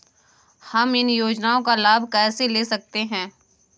हम इन योजनाओं का लाभ कैसे ले सकते हैं?